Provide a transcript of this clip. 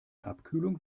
abkühlung